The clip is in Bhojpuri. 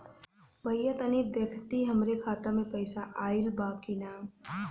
भईया तनि देखती हमरे खाता मे पैसा आईल बा की ना?